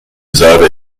selbe